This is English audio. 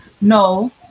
No